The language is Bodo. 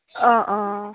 अ अ